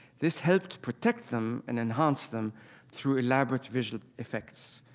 this helped protect them and enhance them through elaborate visual effects.